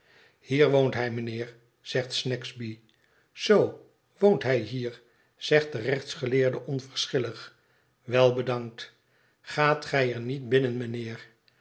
hier woont hij mijnheer zegt snagsby zoo woont hij hier zegt de rechtsgeleerde onverschillig wel bedankt gaat gij er niet binnen mijnheer